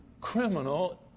criminal